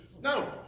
No